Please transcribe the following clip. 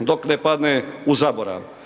dok ne padne u zaborav.